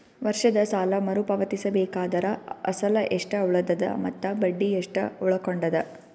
ವರ್ಷದ ಸಾಲಾ ಮರು ಪಾವತಿಸಬೇಕಾದರ ಅಸಲ ಎಷ್ಟ ಉಳದದ ಮತ್ತ ಬಡ್ಡಿ ಎಷ್ಟ ಉಳಕೊಂಡದ?